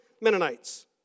Mennonites